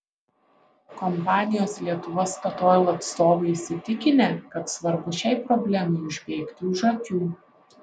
kompanijos lietuva statoil atstovai įsitikinę kad svarbu šiai problemai užbėgti už akių